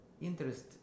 interest